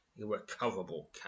irrecoverable